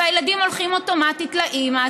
והילדים הולכים אוטומטית לאימא.